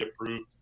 approved